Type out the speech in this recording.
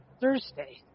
Thursday